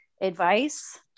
advice